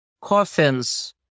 coffins